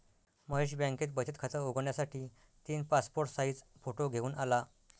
महेश बँकेत बचत खात उघडण्यासाठी तीन पासपोर्ट साइज फोटो घेऊन आला